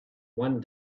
one